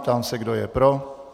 Ptám se, kdo je pro.